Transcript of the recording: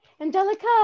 Angelica